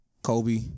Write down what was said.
Kobe